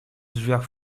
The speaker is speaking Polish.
drzwiach